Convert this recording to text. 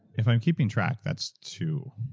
if i'm keeping track, that's two.